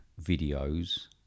videos